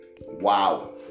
wow